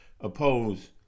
oppose